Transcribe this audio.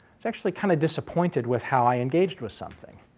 it's actually kind of disappointed with how i engaged with something.